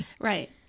Right